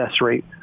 rate